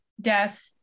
death